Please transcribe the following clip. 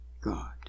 God